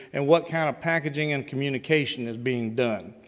and what kind of packaging and communication is being done.